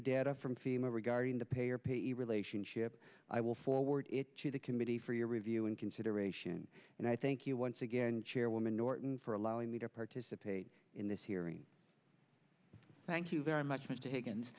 the data from fema regarding the payer payee relationship i will forward it to the committee for your review and consideration and i thank you once again chairwoman norton for allowing me to participate in this hearing thank you very much mi